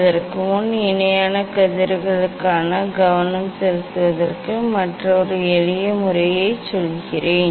அதற்கு முன் இணையான கதிர்களுக்கான கவனம் செலுத்துவதற்கு மற்றொரு எளிய முறையைச் சொல்கிறேன்